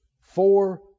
Four